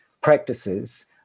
practices